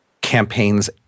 campaigns